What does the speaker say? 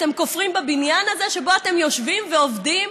אתם כופרים בבניין הזה שבו אתם יושבים ועובדים?